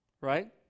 right